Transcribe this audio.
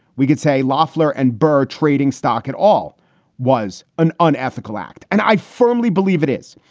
we could say loffler and birx trading stock at all was an unethical act and i firmly believe it is.